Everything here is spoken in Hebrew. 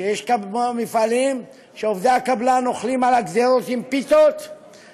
שיש מפעלים שבהם עובדי הקבלן אוכלים על הגדרות עם פיתות,